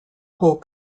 whole